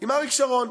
עם אריק שרון,